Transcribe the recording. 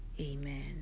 amen